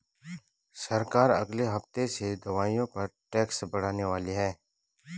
सरकार अगले हफ्ते से दवाइयों पर टैक्स बढ़ाने वाली है